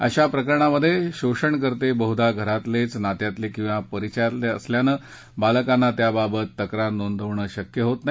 अशा प्रकरणांमधे शोषणकर्ते बहदा घरातलेच नात्यातले किंवा परिचयातले असल्यानं बालकांना त्यांच्याबाबत तक्रार नोंदवणं शक्य होत नाही